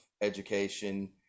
education